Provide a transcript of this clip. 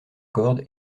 corde